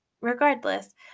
regardless